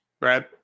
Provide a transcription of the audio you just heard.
Brad